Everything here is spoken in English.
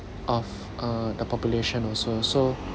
of uh the population also so